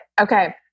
Okay